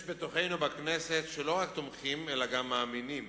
יש בתוכנו בכנסת שלא רק תומכים אלא גם מאמינים.